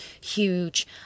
huge